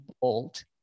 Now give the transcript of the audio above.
bold